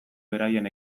beraien